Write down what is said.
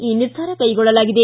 ಈ ನಿರ್ಧಾರ ಕೈಗೊಳ್ಳಲಾಗಿದೆ